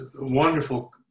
wonderful